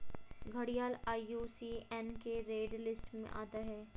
घड़ियाल आई.यू.सी.एन की red list में आता है